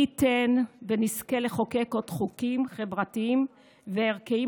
מי ייתן ונזכה לחוקק עוד חוקים חברתיים וערכיים